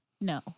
No